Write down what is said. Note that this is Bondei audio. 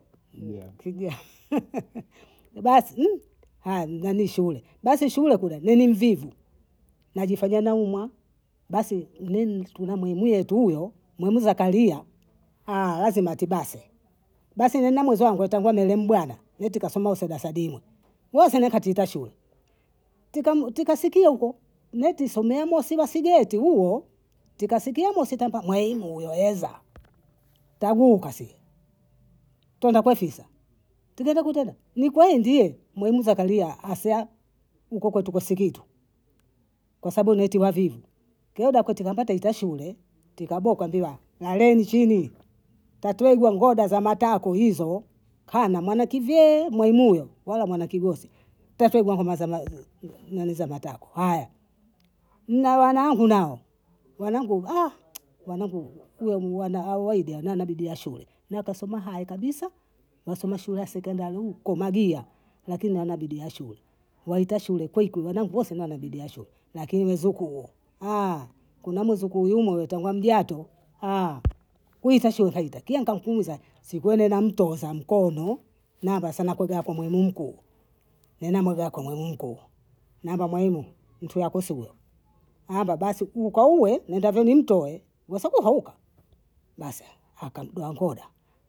kija basi aya mgeni shule, basi shule kuna mi ni mvivu, najifanya naumwa, basi mi tuna mwaimu yetu uyo, mwaimu zakaria, lazima atibase, basi nina mweziwangu atangwa meri mubwana, yote kasoma sada sadina, wasi katiita shule, tukasikia huko, mutu siomema sila silieti huo, tikasikia musitambaa, mwaimu uyo eza, taguka sie, tenda kofisa, tigenga kutenda, ni kwei ndie mwaimu zakaria asya hukohuko tuko sikitu, kwa sabu ni eti wavivu, kieda koti la mbata ita shule, tikaboko kambia laleni chini, tatwegwa ngoda za matako hizo, kana mwana kivyee mwaimu uyo wala mwana kigosi, tasogwa kama za matako, haya nina wanangu nao, wanangu, wanangu kuwa ni wanaawaidiana na bibia shule, na kasoma hayo kabisa, wasoma shule ya sekondari huko magia lakini hana bidii ya shule, waita shule kwiki, wanangu wose wanabidii ya shule, lakini zukuu kuna mzukuu mwei tanga mjato, kwita shui kaita kia kampumza, sikwene na mto za mkono, namba sa nakuwaga mwaimu mkuu, na namba zako namkuu, namba mwaimu mtu hakosiwe, amba basi ukauwe nendavyo nimtoe, wasokohauka, basi akaniduangoda.